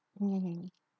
mm